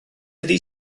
ydy